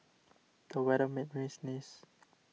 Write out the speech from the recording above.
the weather made me sneeze